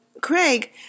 Craig